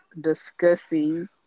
discussing